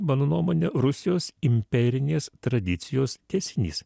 mano nuomone rusijos imperinės tradicijos tęsinys